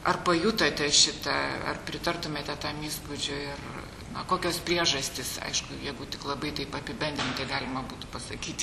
ar pajutote šitą ar pritartumėte tam įspūdžiui ir na kokios priežastys aišku jeigu tik labai taip apibendrintai galima būtų pasakyti